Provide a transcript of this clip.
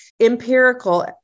empirical